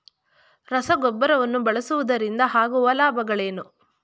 ರಸಗೊಬ್ಬರವನ್ನು ಬಳಸುವುದರಿಂದ ಆಗುವ ಲಾಭಗಳೇನು?